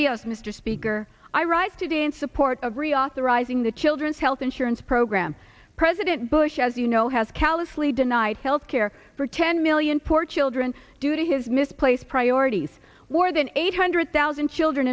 the us mr speaker i rise to be in support of reauthorizing the children's health insurance program president bush as you know has callously denied health care for ten million poor children due to his misplaced priorities more than eight hundred thousand children